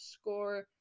score